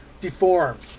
deformed